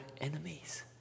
enemies